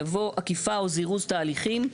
יבוא "עקיפה או זירוז תהליכים".